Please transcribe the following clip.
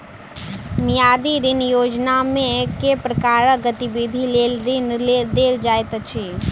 मियादी ऋण योजनामे केँ प्रकारक गतिविधि लेल ऋण देल जाइत अछि